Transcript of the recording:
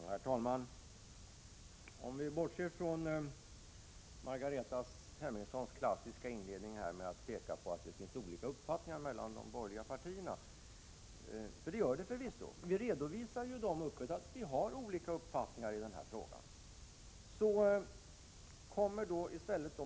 Herr talman! Vi får nog bortse från Margareta Hemmingssons klassiska inledning. Hon pekade på att det finns olika uppfattningar hos de borgerliga partierna. Det gör det förvisso. Vi redovisar ju öppet att vi har olika uppfattningar i denna fråga.